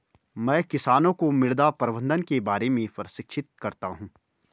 मैं किसानों को मृदा प्रबंधन के बारे में प्रशिक्षित करता हूँ